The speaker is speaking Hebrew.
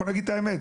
בואו נגיד את האמת,